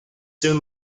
soon